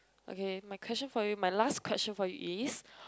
okay my question for you my last question for you is